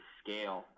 scale